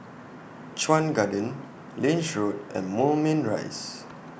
Chuan Garden Lange Road and Moulmein Rise